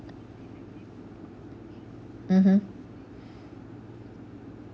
mmhmm